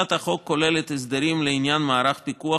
הצעת החוק כוללת הסדרים לעניין מערך פיקוח